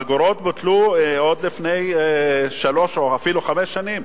האגורות בוטלו עוד לפני שלוש או אפילו חמש שנים.